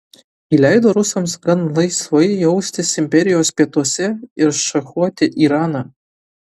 ji leido rusams gan laisvai jaustis imperijos pietuose ir šachuoti iraną